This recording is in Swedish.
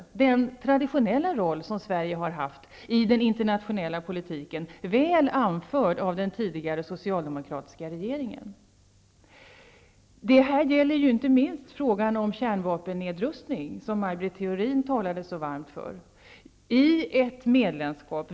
Det är den traditionella roll som Sverige har haft i den internationella politiken, väl anförd av den socialdemokratiska regeringen. Detta gäller inte minst frågan om kärnvapennedrustning, som Maj Britt Theorin talade så varmt för.